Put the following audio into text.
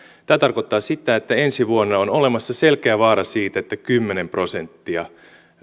tämä tarkoittaa sitä että ensi vuonna on olemassa selkeä vaara siitä että kymmenen prosenttia